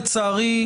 לצערי,